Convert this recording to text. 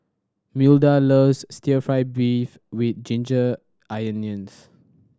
Milda loves still fry beef with ginger onions